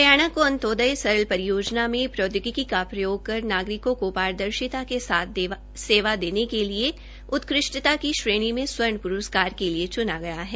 हरियाणा को अंत्योदय सरल परियोजना में प्रौद्योगिकी का प्रयोग कर नागरिकों को पारदर्शिता के साथ सेवा देने के लिए नागरिक केन्द्रित वितरण में उतकृष्टता की श्रेणी में स्वर्ण प्रस्कार के लिये चुना गया है